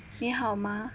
你好吗